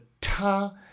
ta